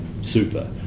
super